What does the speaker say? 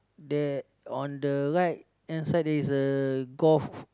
there on the right hand side there is a golf